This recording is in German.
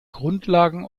grundlagen